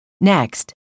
Next